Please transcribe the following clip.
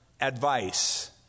advice